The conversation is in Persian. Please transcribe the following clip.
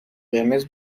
قرمز